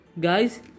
Guys